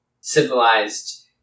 civilized